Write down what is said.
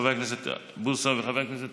חבר הכנסת בוסו וחבר הכנסת